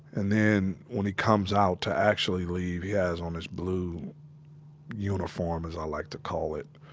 and then, when he comes out to actually leave, he has on his blue uniform, as i like to call it,